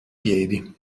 piedi